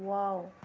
wow